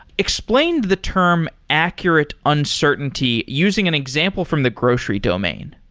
explain the term accurate uncertainty using an example from the grocery domain.